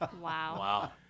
Wow